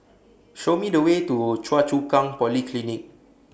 Show Me The Way to Choa Chu Kang Polyclinic